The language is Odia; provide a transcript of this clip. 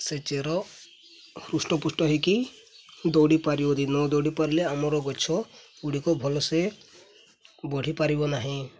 ସେ ଚେର ହୃଷ୍ଟ ପୃଷ୍ଟ ହେଇକି ଦୌଡ଼ିପାରିବ ନ ଦୌଡ଼ି ପାରିଲେ ଆମର ଗଛ ଗୁଡ଼ିକ ଭଲସେ ବଢ଼ିପାରିବ ନାହିଁ